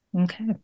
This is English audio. Okay